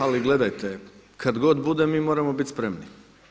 Ali gledajte kad god bude mi moramo biti spremni.